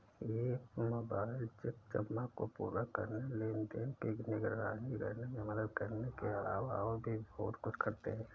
app mobile cheque जमा को पूरा करने, लेनदेन की निगरानी करने में मदद करने के अलावा और भी बहुत कुछ करते हैं